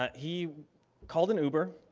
he called an uber,